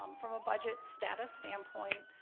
um from a budget status standpoint,